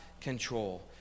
control